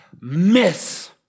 miss